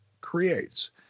creates